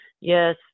yes